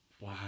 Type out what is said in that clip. wow